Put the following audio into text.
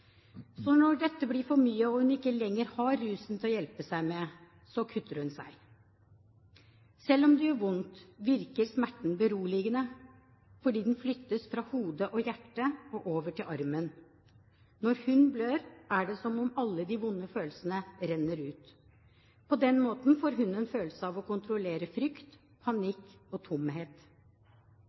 Så når dette blir for mye og hun ikke lenger har rusen å hjelpe seg med, kutter hun seg. Selv om det gjør vondt, virker smerten beroligende, for den flyttes fra hodet og hjertet og over til armen. Når hun blør, er det som om alle de vonde følelsene renner ut. På den måten får hun en følelse av å kontrollere frykt, panikk og tomhet.